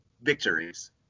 victories